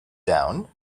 down